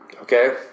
okay